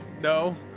No